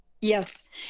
Yes